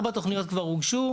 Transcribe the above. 4 תוכניות כבר הוגשו,